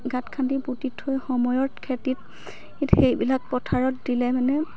গাঁত খান্দি পুতি থৈ সময়ত খেতিত সেইবিলাক পথাৰত দিলে মানে